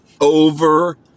over